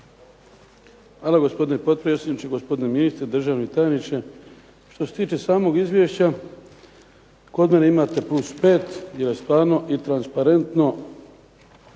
Hvala, gospodine potpredsjedniče. Gospodine ministre, državni tajniče. Što se tiče samog izvješća kod mene imate +5 jer stvarno i transparentno,